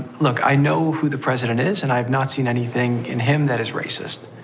look, i know who the president is and i've not seen anything in him that is racist.